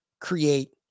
create